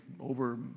over